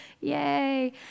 yay